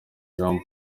jean